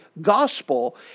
gospel